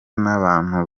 n’abantu